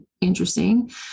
interesting